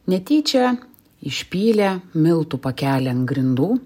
netyčia išpylė miltų pakelį ant grindų